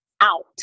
out